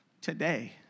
Today